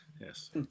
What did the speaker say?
Yes